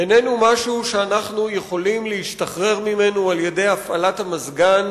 איננו משהו שאנחנו יכולים להשתחרר ממנו על-ידי הפעלת המזגן